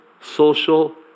social